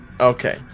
okay